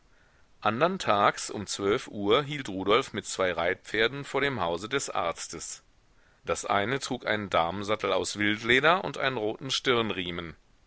andern tags um zwölf uhr hielt rudolf mit zwei reitpferden vor dem hause des arztes das eine trug einen damensattel aus wildleder und einen roten stirnriemen